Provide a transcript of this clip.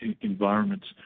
environments